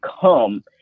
come